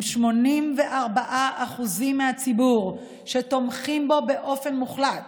ו-84% מהציבור תומכים בו באופן מוחלט.